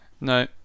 No